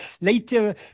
later